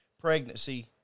pregnancy